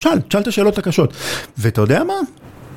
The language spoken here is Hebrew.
שאל, שאל את השאלות הקשות, ואתה יודע מה?